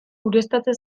ureztatze